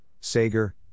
Sager